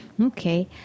Okay